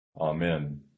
Amen